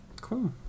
Cool